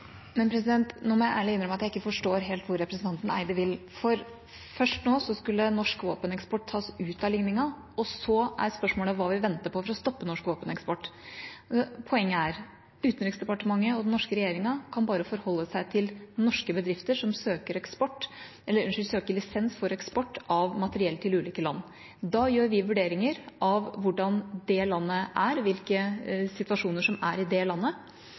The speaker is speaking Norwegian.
Nå må jeg ærlig innrømme at jeg ikke helt forstår hvor representanten Eide vil. Først skulle norsk våpeneksport tas ut av ligningen, og så er spørsmålet hva vi venter på for å stoppe norsk våpeneksport. Poenget er: Utenriksdepartementet og den norske regjeringa kan bare forholde seg til norske bedrifter som søker om lisens for eksport av materiell til ulike land. Vi gjør vurderinger av hvordan det landet er, hvilke situasjoner som er i det landet,